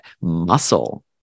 muscle